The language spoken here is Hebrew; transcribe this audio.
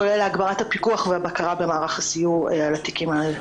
כולל הגברת הפיקוח והבקרה במערך הסיור על התיקים האלה.